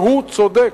והוא צודק.